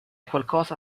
qualcosa